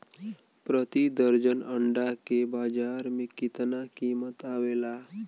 प्रति दर्जन अंडा के बाजार मे कितना कीमत आवेला?